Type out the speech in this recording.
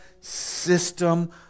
system